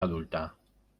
adulta